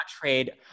trade